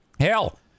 Hell